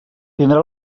tindrà